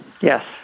Yes